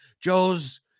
Joe's